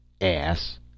Ass